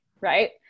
Right